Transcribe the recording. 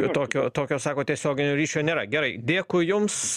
tokio tokio sakot tiesioginio ryšio nėra gerai dėkui jums